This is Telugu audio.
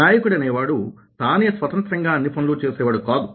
నాయకుడనేవాడు తానే స్వతంత్రంగా అన్ని పనులు చేసేవాడు కాదు